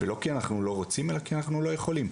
ולא כי אנחנו לא רוצים אלא כי אנחנו לא יכולים.